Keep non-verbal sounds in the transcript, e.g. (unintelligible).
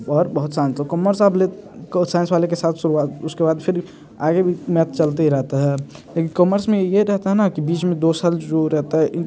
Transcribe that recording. और बहुत (unintelligible) कॉमर्स आप ले साइंस वाले के साथ शुरूआत उसके बाद फिर आगे भी मैथ चलते ही रहता है लेकिन कॉमर्स में ये रहता है न कि बीच में दो साल जो रहता है